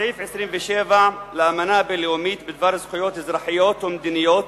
סעיף 27 לאמנה הבין-לאומית בדבר זכויות אזרחיות ומדיניות,